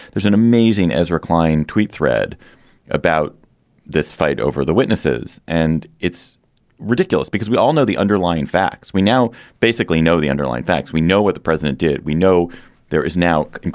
there's a. mazing as recline tweet thread about this fight over the witnesses, and it's ridiculous because we all know the underlying facts. we now basically know the underlying facts. we know what the president did. we know there is now. and